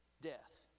death